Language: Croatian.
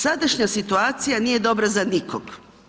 Sadašnja situacija nije dobra za nikog.